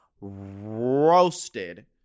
Roasted